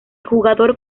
jugador